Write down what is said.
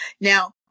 Now